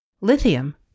Lithium